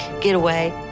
getaway